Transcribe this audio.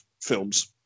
films